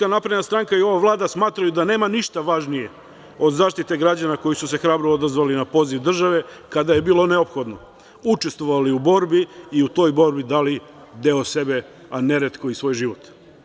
Ova Vlada i SNS smatraju da nema ništa važnije od zaštite građana, koji su se hrabro odazvali na poziv države, kada je bilo neophodno učestvovali u borbi i u toj borbi dali deo sebe, a neretko i svoj život.